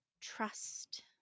trust